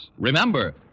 Remember